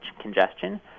congestion